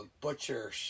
butcher